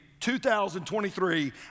2023